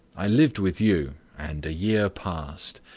i lived with you, and a year passed.